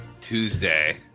Tuesday